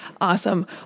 Awesome